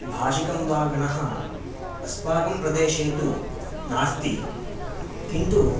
भाषिकं वा गणः अस्माकं प्रदेशे तु नास्ति किन्तु